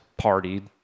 partied